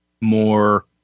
more